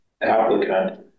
applicant